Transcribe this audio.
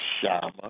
Shama